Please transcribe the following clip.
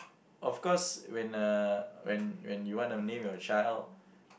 of course when uh when when you want to name your child